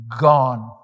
gone